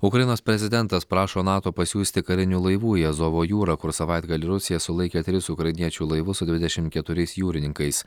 ukrainos prezidentas prašo nato pasiųsti karinių laivų į azovo jūrą kur savaitgalį rusija sulaikė tris ukrainiečių laivus su dvidešimt keturiais jūrininkais